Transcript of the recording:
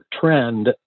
trend